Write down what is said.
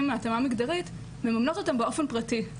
להתאמה מגדרית מממנות אותם באופן פרטי.